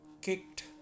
kicked